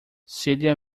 celia